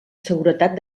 seguretat